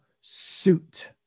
suit